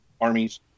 Armies